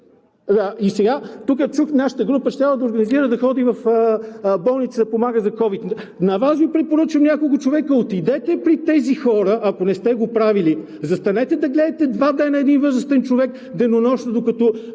И сега тук чух: нашата група щяла да организира да ходи в болница да помага за ковид. На Вас Ви препоръчвам: няколко човека отидете при тези хора, ако не сте го правили, застанете да гледате два дни един възрастен човек денонощно, докато